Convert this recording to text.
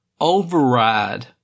override